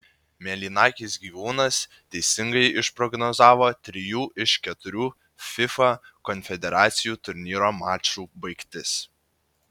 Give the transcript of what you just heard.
mėlynakis gyvūnas teisingai išprognozavo trijų iš keturių fifa konfederacijų turnyro mačų baigtis